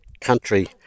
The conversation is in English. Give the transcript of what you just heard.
country